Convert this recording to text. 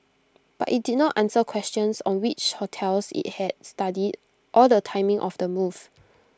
but IT did not answer questions on which hotels IT had studied or the timing of the move